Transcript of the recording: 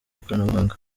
ikoranabuhanga